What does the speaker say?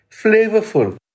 flavorful